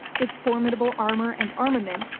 its formidable armor and armament,